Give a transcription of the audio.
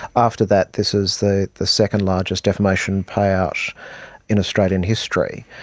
after that, this is the the second largest defamation payout in australian history,